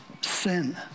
sin